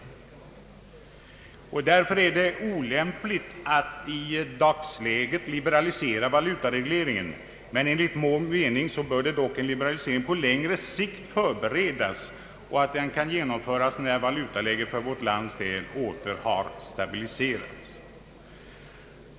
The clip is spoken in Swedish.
Därför är det olämpligt att i dagsläget liberalisera valutaregleringen, men enligt vår mening bör en liberalisering på längre sikt förberedas så att den kan genomföras när valutaläget för vårt lands del åter stabiliserats.